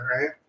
Right